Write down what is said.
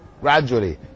Gradually